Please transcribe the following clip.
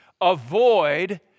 avoid